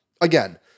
again